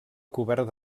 cobert